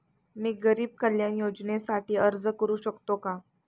मी गरीब कल्याण योजनेसाठी अर्ज भरू शकतो का?